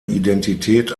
identität